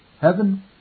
Heaven